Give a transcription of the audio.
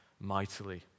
mightily